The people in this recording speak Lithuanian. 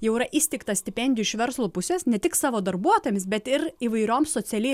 jau yra įsteigta stipendijų iš verslo pusės ne tik savo darbuotojams bet ir įvairioms socialiai